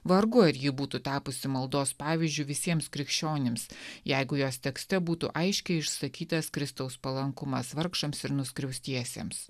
vargu ar ji būtų tapusi maldos pavyzdžiu visiems krikščionims jeigu jos tekste būtų aiškiai išsakytas kristaus palankumas vargšams ir nuskriaustiesiems